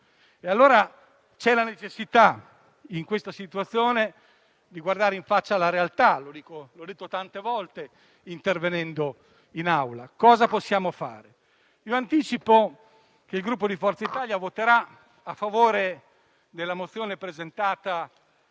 opposte. C'è la necessità, in questa situazione, di guardare in faccia alla realtà, come ho detto tante volte intervenendo in Aula. Cosa possiamo fare? Vi anticipo che il Gruppo Forza Italia voterà a favore dell'ordine del